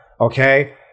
okay